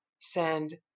send